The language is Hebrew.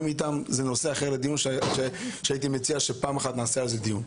איתם וזה נושא אחר לדיון שהייתי מציע שפעם אחת נעשה על זה דיון.